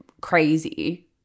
crazy